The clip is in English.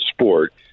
sport